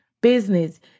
business